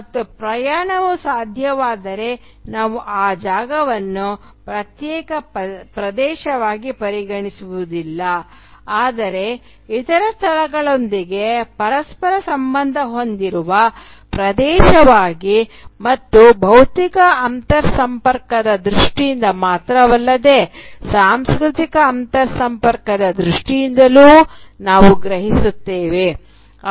ಮತ್ತು ಪ್ರಯಾಣವು ಸಾಧ್ಯವಾದರೆ ನಾವು ಆ ಜಾಗವನ್ನು ಪ್ರತ್ಯೇಕ ಪ್ರದೇಶವಾಗಿ ಪರಿಗಣಿಸುವುದಿಲ್ಲ ಆದರೆ ಇತರ ಸ್ಥಳಗಳೊಂದಿಗೆ ಪರಸ್ಪರ ಸಂಬಂಧ ಹೊಂದಿರುವ ಪ್ರದೇಶವಾಗಿ ಮತ್ತು ಭೌತಿಕ ಅಂತರ್ಸಂಪರ್ಕದ ದೃಷ್ಟಿಯಿಂದ ಮಾತ್ರವಲ್ಲದೆ ಸಾಂಸ್ಕೃತಿಕ ಅಂತರ್ಸಂಪರ್ಕದ ದೃಷ್ಟಿಯಿಂದಲೂ ನಾವು ಗ್ರಹಿಸುತ್ತೇವೆ